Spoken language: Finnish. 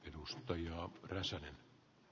edustajien räsänen